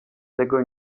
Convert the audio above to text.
tego